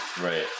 Right